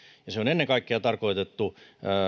se on ennen kaikkea tarkoitettu